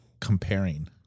comparing